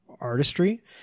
artistry